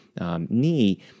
knee